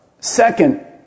second